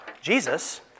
Jesus